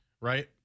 right